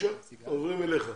עוברים אליך.